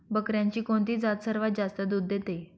बकऱ्यांची कोणती जात सर्वात जास्त दूध देते?